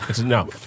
no